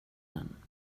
den